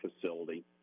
facility